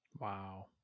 Wow